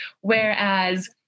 Whereas